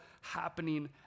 happening